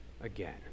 again